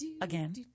again